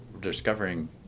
discovering